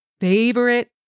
favorite